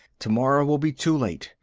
tomorrow will be too late.